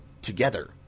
together